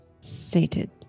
sated